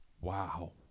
Wow